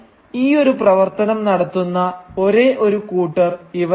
എന്നാൽ ഈ ഒരു പ്രവർത്തനം നടത്തുന്ന ഒരേ ഒരു കൂട്ടർ ഇവർ അല്ല